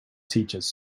teachers